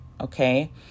okay